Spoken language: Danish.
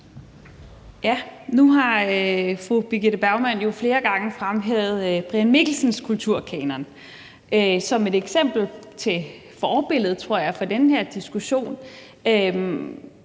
Nu har fru Birgitte Bergman jo flere gange fremhævet Brian Mikkelsens kulturkanon som et eksempel på et forbillede, tror jeg, for den her diskussion.